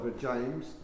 James